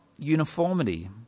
Uniformity